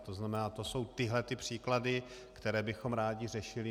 To znamená, to jsou tyhle ty příklady, které bychom rádi řešili.